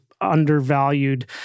undervalued